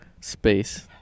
space